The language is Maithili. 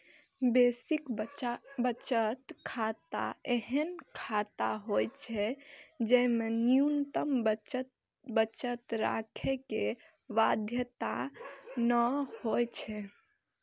बेसिक बचत खाता एहन खाता होइ छै, जेमे न्यूनतम बचत राखै के बाध्यता नै होइ छै